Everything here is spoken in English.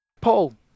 Paul